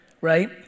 right